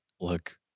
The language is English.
look